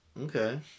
Okay